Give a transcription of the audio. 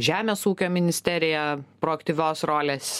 žemės ūkio ministerija proaktyvios rolės